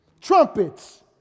Trumpets